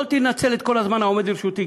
יכולתי לנצל את כל הזמן העומד לרשותי,